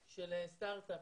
סטרטאפ,